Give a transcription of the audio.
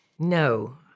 No